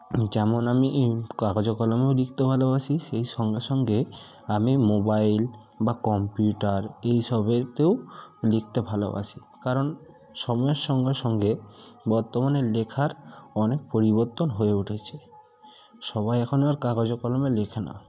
যেমন আমি কাগজে কলমেও লিখতে ভালোবাসি সেই সঙ্গে সঙ্গে আমি মোবাইল বা কম্পিউটার এই সবেতেও লিখতে ভালবাসি কারণ সময়ের সঙ্গে সঙ্গে বর্তমানে লেখার অনেক পরিবর্তন হয়ে উঠেছে সবাই এখন আর কাগজে কলমে লেখে না